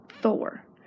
Thor